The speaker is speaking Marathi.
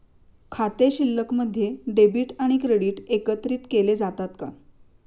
खाते शिल्लकमध्ये डेबिट आणि क्रेडिट एकत्रित केले जातात का?